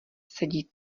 sedí